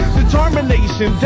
determination